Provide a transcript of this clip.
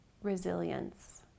resilience